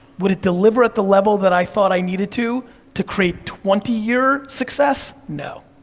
would it deliver at the level that i thought i needed to to create twenty year success, no.